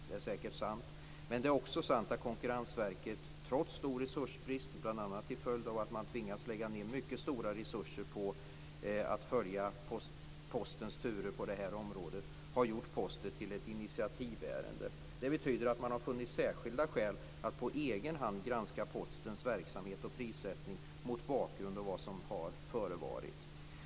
Det är säkert sant, men det är också sant att Konkurrensverket - trots stor resursbrist, bl.a. till följd av att man tvingas lägga ned mycket stora resurser på att följa Postens turer på det här området - har gjort Posten till ett initiativärende. Det betyder att man har funnit särskilda skäl att på egen hand granska Postens verksamhet och prissättning mot bakgrund av vad som har förevarit.